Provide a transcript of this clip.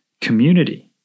community